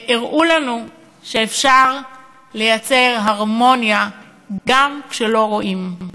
והראו לנו שאפשר ליצור הרמוניה גם כשלא רואים.